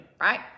right